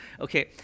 okay